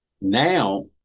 Now